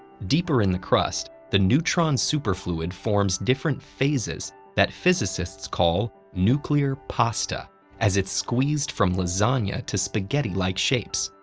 deeper in the crust, the neutron superfluid forms different phases that physicists call nuclear pasta, as it's squeezed from lasagna to spaghetti-like shapes.